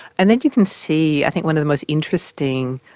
and then you can see, i think one of the most interesting,